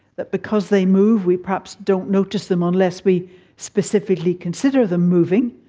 but because they move we perhaps don't notice them unless we specifically consider them moving.